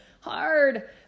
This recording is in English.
hard